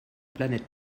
planète